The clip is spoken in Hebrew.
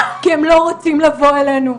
כי הם לא רוצים לבוא אלינו.